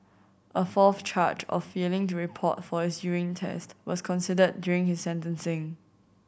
a fourth charge of failing to report for his urine test was considered during his sentencing